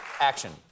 action